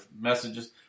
messages